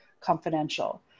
confidential